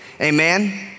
Amen